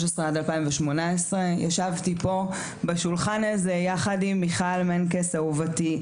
עד 2018 ישבתי פה בשולחן הזה יחד עם מיכל מנקס אהובתי,